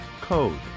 CODE